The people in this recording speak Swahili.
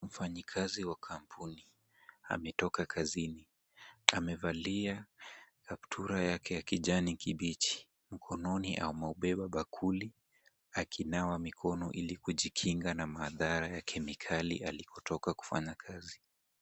Mfanyikazi wa kampuni ametoka kazini. Amevalia kaptura yake ya kijani kibichi. Mkononi ameubeba bakuli akinawa mikono ili kujikinga na madhara ya kemikali alikotoka kufanya kazi.